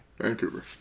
Vancouver